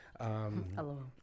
Hello